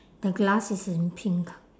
the glass is in pink